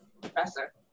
professor